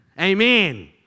Amen